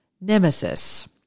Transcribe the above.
nemesis